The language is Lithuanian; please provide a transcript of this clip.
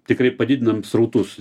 tikrai padidinam srautus